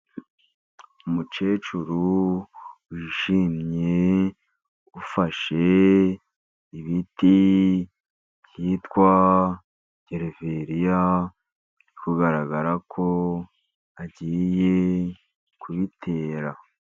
Umukecuru wishimye, ufashe ibiti byitwa gereveriya, biri kugaragara ko agiye kubitera.